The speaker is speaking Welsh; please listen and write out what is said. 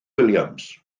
williams